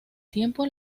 tiempo